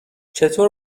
چقدر